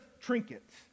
trinkets